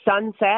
sunset